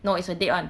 no it's a dead [one]